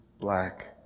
black